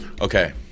Okay